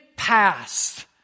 past